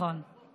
נכון.